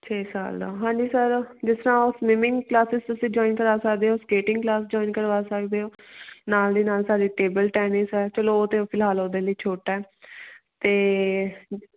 ਛੇ ਸਾਲ ਦਾ ਹਾਂਜੀ ਸਰ ਜਿਸ ਤਰ੍ਹਾਂ ਉਹ ਸਵੀਮਿੰਗ ਕਲਾਸਿਸ ਤੁਸੀਂ ਜੁਆਇੰਨ ਕਰਾ ਸਕਦੇ ਹੋ ਸਕੇਟਿੰਗ ਕਲਾਸ ਜੁਆਇੰਨ ਕਰਵਾ ਸਕਦੇ ਹੋ ਨਾਲ ਦੀ ਨਾਲ ਸਾਡੀ ਟੇਬਲ ਟੈਨਿਸ ਹੈ ਚੱਲੋ ਉਹ ਤਾਂ ਫਿਲਹਾਲ ਉਹਦੇ ਲਈ ਛੋਟਾ ਹੈ ਅਤੇ